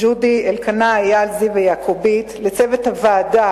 ג'ודי, אלקנה, אייל, זיו ויעקבית, לצוות ועדת